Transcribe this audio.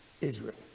Israel